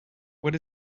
what